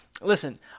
Listen